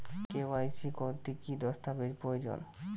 KYC করতে কি দস্তাবেজ প্রয়োজন?